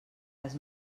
les